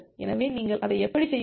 எனவே நீங்கள் அதை எப்படி செய்வீர்கள்